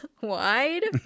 wide